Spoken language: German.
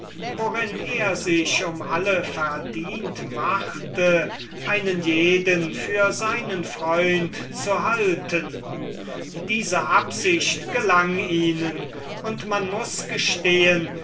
worin er sich um alle verdient machte einen jeden für seinen freund zu halten diese absicht gelang ihnen und man muß gestehen